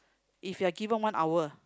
if you're given one hour